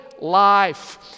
life